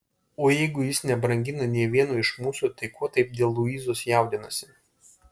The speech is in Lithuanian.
o jeigu jis nebrangina nė vieno iš mūsų tai ko taip dėl luizos jaudinasi